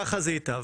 ככה זה ייטב.